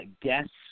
guests